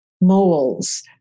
moles